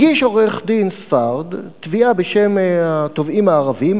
הגיש עורך-דין ספרד תביעה בשם התובעים הערבים